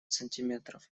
сантиметров